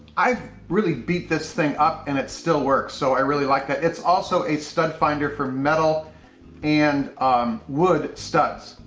i really beat this thing up and it still works. so, i really like that. it's also a stud finder for metal and wood studs.